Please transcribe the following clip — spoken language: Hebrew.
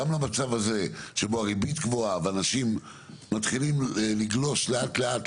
גם למצב הזה שבו הריבית גבוהה ואנשים מתחילים לגלוש לאט לאט